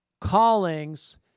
callings